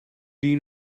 die